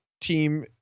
team